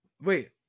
wait